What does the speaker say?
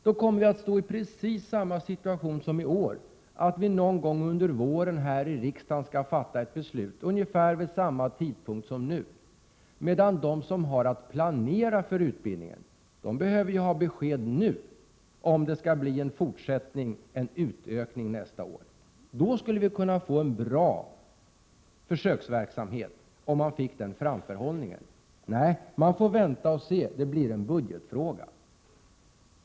Då kommer vi att ställas inför precis samma situation som i år, att vi någon gång under våren här i riksdagen skall fatta ett beslut, ungefär vid samma tidpunkt som nu, medan de som har att planera för utbildningen behöver ha besked nu om huruvida det skall bli en fortsättning, en utökning, nästa år. Om de fick den framförhållningen kunde de ordna en bra försöksverksamhet. Nej, de får vänta och se, det kommer att bli en budgetfråga.